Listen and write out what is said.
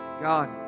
God